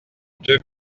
deux